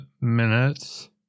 minutes